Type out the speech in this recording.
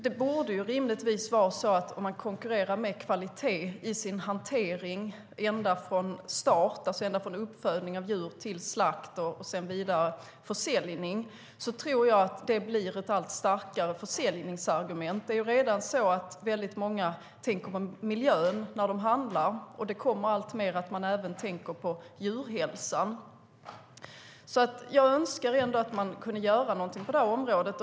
Det borde rimligtvis bli ett allt starkare försäljningsargument om man konkurrerar med kvalitet i sin hantering ända från uppfödning till slakt och sedan vidare till försäljning. Det är redan många som tänker på miljön när de handlar, och det kommer alltmer att man även tänker på djurhälsan. Jag önskar att man kunde göra någonting på det här området.